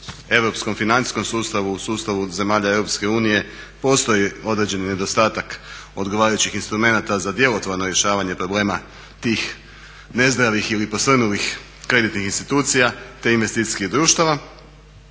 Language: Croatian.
u europskom financijskom sustavu, u sustavu zemlja Europske unije postoji određeni nedostatak odgovarajućih instrumenata za djelotvorno rješavanje problema tih nezdravih ili posrnulih kreditnih institucija te investicijskih društava.